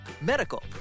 medical